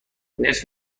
نصف